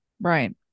Right